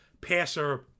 passer